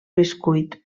bescuit